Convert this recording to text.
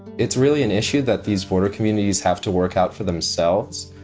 it's really an issue that these border communities have to work out for themselves.